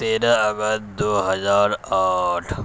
تیرہ اگست دو ہزار آٹھ